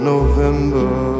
November